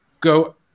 Go